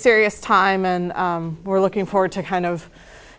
serious time and we're looking forward to kind of